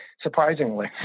surprisingly